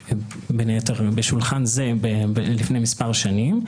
שנעשתה בין היתר בשולחן זה לפני כמה שנים.